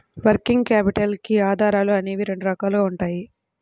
working capital కి ఆధారాలు అనేవి రెండు రకాలుగా ఉంటాయి